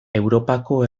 europako